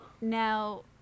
Now